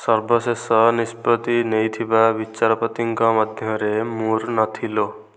ସର୍ବଶେଷ ନିଷ୍ପତ୍ତି ନେଇଥିବା ବିଚାରପତିଙ୍କ ମଧ୍ୟରେ ମୁର୍ନଥିଲୋ